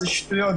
זה שטויות.